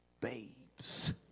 babes